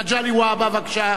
מגלי והבה, בבקשה.